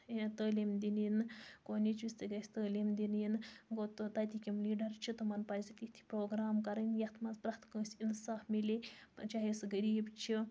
تعلیٖم دِن یِنہٕ کو نیٚچوِس تہِ گَژھِ تعلیٖم دِن یِنہِ گوٚو تَتِک یِم لیٖڈَر چھ تِمَن پَزِ تِتھ پروگرام کَرٕنۍ یتھ مَنٛز پرتھ کٲنٛسہِ اِنصاف مِلے چاہے سُہ غریٖب چھُ